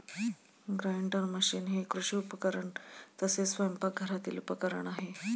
grinder machine हे कृषी उपकरण तसेच स्वयंपाकघरातील उपकरण आहे